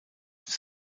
ins